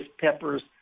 peppers